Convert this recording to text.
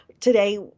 today